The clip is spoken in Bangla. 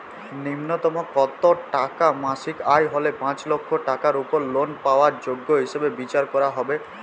ন্যুনতম কত টাকা মাসিক আয় হলে পাঁচ লক্ষ টাকার উপর লোন পাওয়ার যোগ্য হিসেবে বিচার করা হবে?